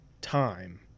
time